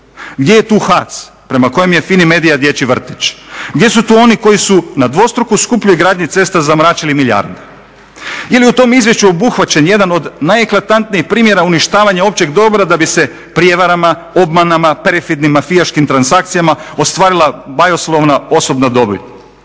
Gdje je tu HAC prema kojima je Fimi media dječji vrtić. Gdje su tu oni koji su na dvostruko skupljoj gradnji cesta zamračili milijarde? Je li u tom izvješću obuhvaćen jedan od najeklatantnijih primjera uništavanja općeg dobra da bi se prijevarama, obmanama, perfidnim mafijaškim transakcijama ostvarila bajoslovna osobna dobit.